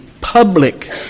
public